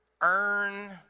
earn